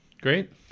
great